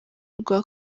rwa